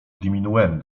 diminuen